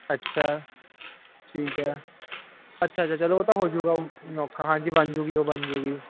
ਅੱਛਾ ਠੀਕ ਹੈ ਅੱਛਾ ਅੱਛਾ ਚਲੋ ਉਹ ਤਾਂ ਹੋਜੂਗਾ ਉਹ ਨਹੀਂ ਔਖਾ ਹਾਂਜੀ ਬਣ ਜੂਗੀ ਬਣ ਜੂਗੀ